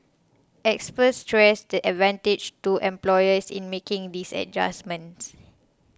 experts stressed the advantages to employers in making these adjustments